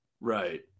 Right